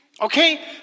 Okay